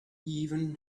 even